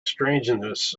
strangeness